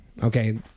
Okay